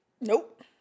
Nope